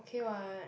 okay [what]